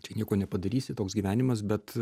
čia nieko nepadarysi toks gyvenimas bet